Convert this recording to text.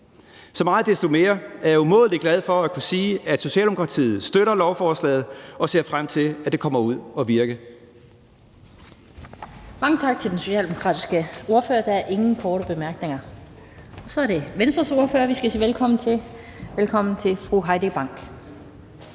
Så meget desto mere er jeg umådelig glad for at kunne sige, at Socialdemokratiet støtter lovforslaget, og ser frem til, at det kommer ud at virke.